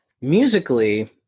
musically